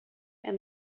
and